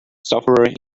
sufferer